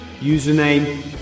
Username